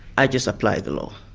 i just apply the law.